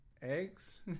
Eggs